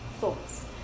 thoughts